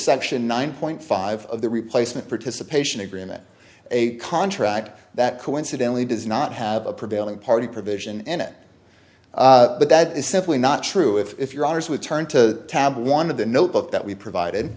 section nine point five of the replacement participation agreement a contract that coincidentally does not have a prevailing party provision in it but that is simply not true if your honour's would turn to tab one of the notebook that we provided